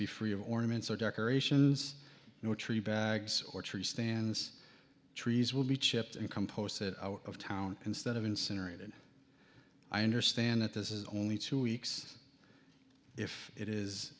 be free of ornaments or decorations or tree bags or tree stands trees will be chipped and come posts it out of town instead of incinerated i understand that this is only two weeks if it is